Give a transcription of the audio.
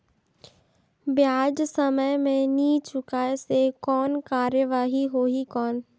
ब्याज समय मे नी चुकाय से कोई कार्रवाही होही कौन?